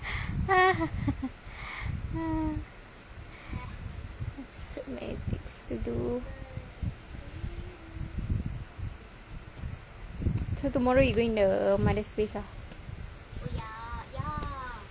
there's so many things to do so tomorrow you going the mothers place ah